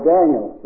Daniel